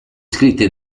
scritte